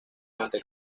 monte